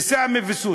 ו"סמי וסוסו".